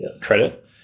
credit